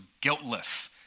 guiltless